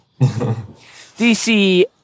DC